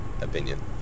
opinion